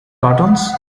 cartoons